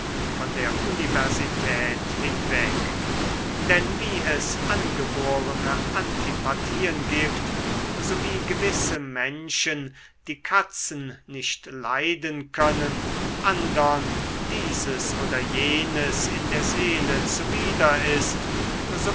von der universität hinweg denn wie es angeborene antipathien gibt so wie gewisse menschen die katzen nicht leiden können andern dieses oder jenes in der seele zuwider ist